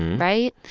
right?